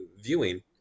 Viewing